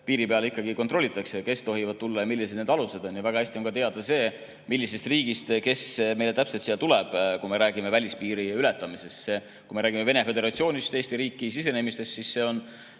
Piiri peal ikkagi kontrollitakse, kes tohivad tulla ja millised need alused on. Väga hästi on teada ka see, millisest riigist keegi meile siia tuleb, rääkides välispiiri ületamisest. Kui räägime Venemaa Föderatsioonist Eesti riiki sisenemisest, siis [võib